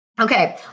Okay